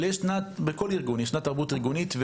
אבל בכל ארגון ישנה תרבות ארגונית.